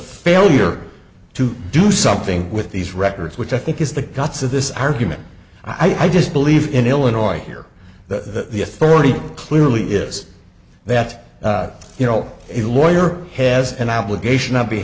failure to do something with these records which i think is the guts of this argument i just believe in illinois here that the authority clearly is that you know a lawyer has an obligation